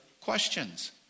questions